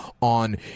on